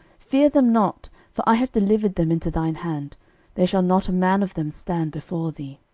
fear them not for i have delivered them into thine hand there shall not a man of them stand before thee.